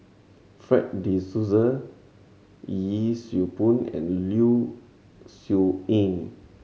Fred De Souza Yee Siew Pun and Low Siew Nghee